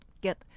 get